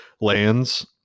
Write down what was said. lands